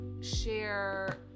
share